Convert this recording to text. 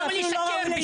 אבל למה לשקר בשמה.